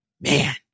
man